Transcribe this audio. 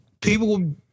people